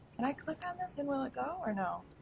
and i click on this and will it go or no?